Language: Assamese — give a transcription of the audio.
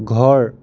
ঘৰ